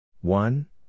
One